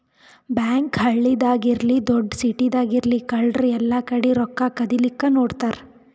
bank ಹಳ್ಳಿದಾಗ್ ಇರ್ಲಿ ದೊಡ್ಡ್ ಸಿಟಿದಾಗ್ ಇರ್ಲಿ ಕಳ್ಳರ್ ಎಲ್ಲಾಕಡಿ ರೊಕ್ಕಾ ಕದಿಲಿಕ್ಕ್ ನೋಡ್ತಾರ್